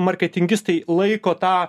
marketingistai laiko tą